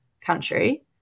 country